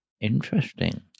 interesting